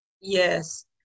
Yes